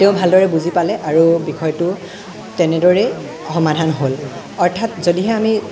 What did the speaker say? তেওঁ ভালদৰে বুজি পালে আৰু বিষয়টো তেনেদৰেই সমাধান হ'ল অৰ্থাৎ যদিহে আমি